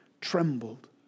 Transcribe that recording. trembled